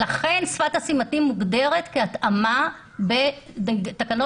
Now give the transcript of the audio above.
לכן שפת הסימנים מוגדרת כהתאמה בתקנות